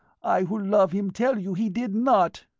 i who love him tell you he did not!